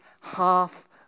half